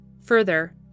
Further